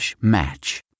match